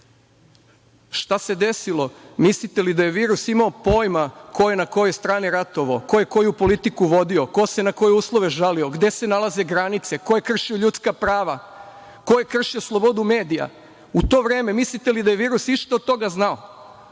se desilo? Mislite li da je virus imao pojma ko je na kojoj strani ratovao, ko je koju politiku vodio, ko se na koje uslove žalio, gde se nalaze granice, ko je kršio ljudska prava, ko je kršio slobodu medija? U to vreme, mislite li da je virus išta od toga znao?